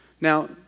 Now